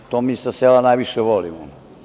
To mi sa sela najviše volimo.